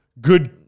good